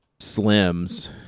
slims